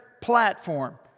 platform